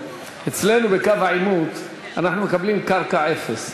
אצלנו בקו העימות אנחנו מקבלים קרקע אפס,